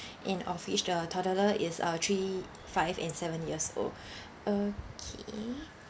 and of which the toddler is uh three five and seven years old okay